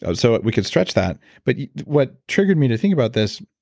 and so we could stretch that, but what triggered me to think about this